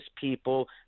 people